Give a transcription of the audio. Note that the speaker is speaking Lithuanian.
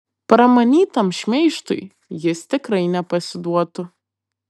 pramanytam šmeižtui jis tikrai nepasiduotų